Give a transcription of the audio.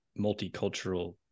multicultural